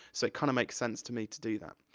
so it kind of makes sense to me to do that.